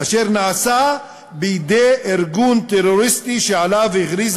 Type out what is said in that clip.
אשר נעשה בידי ארגון טרוריסטי שעליו הכריזה